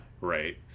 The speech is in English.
Right